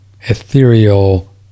ethereal